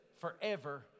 forever